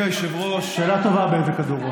שאלה טובה, באיזה כדור.